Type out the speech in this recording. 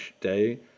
Day